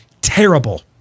terrible